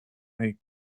lake